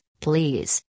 please